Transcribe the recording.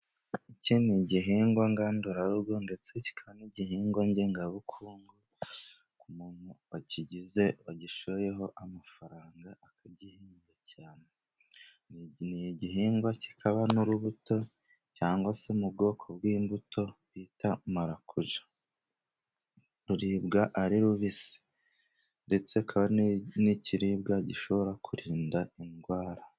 Iki ni igihingwa ngandurarugo ndetse ni igihingwa ngengabukungu, ku muntu wakigize wagishoyeho amafaranga akagihinga cyane, iki ni igihingwa kikaba n'urubuto cyangwa se mu bwoko bw'imbuto bita marakuja, ruribwa ari rubisi ndetse kikaba n'ibiribwa gishobora kurinda indwara.